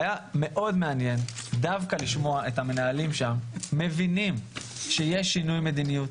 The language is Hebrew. והיה מאוד מעניין דווקא לשמוע את המנהלים שם שמבינים שיש שינוי מדיניות,